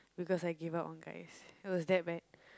because I give up on guys it was that bad